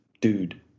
dude